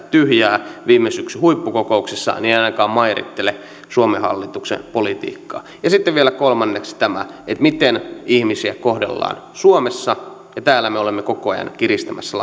tyhjää viime syksyn huippukokouksessa ei aikakaan mairittele suomen hallituksen politiikkaa ja sitten vielä kolmanneksi tämä miten ihmisiä kohdellaan suomessa täällä me olemme koko ajan kiristämässä